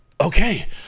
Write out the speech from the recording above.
Okay